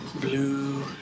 blue